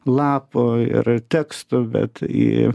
lapų ir tekstų bet į